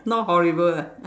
not horrible ah